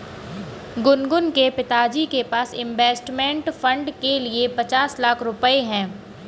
गुनगुन के पिताजी के पास इंवेस्टमेंट फ़ंड के लिए पचास लाख रुपए है